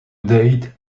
date